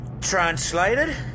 Translated